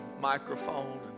microphone